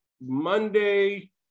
Monday